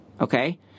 Okay